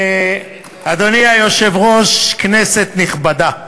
אדוני היושב-ראש, כנסת נכבדה,